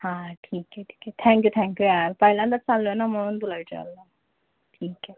हां ठीक आहे ठीक आहे थँक्यू थँक्यू यार पहिल्यांदाच चाललो आहे ना म्हणून तुला विचारलं ठीक आहे